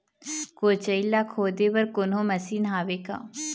कोचई ला खोदे बर कोन्हो मशीन हावे का?